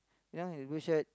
you know in the blue shirt